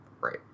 Right